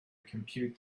compute